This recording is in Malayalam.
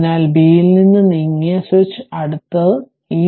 അതിനാൽ ബിയിൽ നിന്ന് നീക്കിയ B യിൽ സ്വിച്ച് അടുത്താണ്